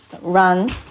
run